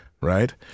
right